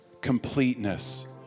completeness